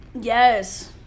Yes